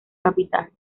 capital